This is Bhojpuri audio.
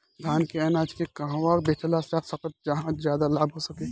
धान के अनाज के कहवा बेचल जा सकता जहाँ ज्यादा लाभ हो सके?